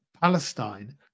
Palestine